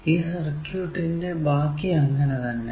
ഈ സർക്യൂട്ടിന്റെ ബാക്കി അങ്ങനെ തന്നെ